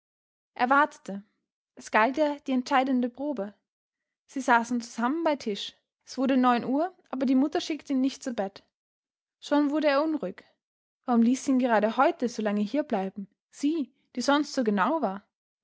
wartete es galt ja die entscheidende probe sie saßen zusammen bei tisch es wurde neun uhr aber die mutter schickte ihn nicht zu bett schon wurde er unruhig warum ließ sie ihn gerade heute so lange hier bleiben sie die sonst so genau war